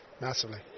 Massively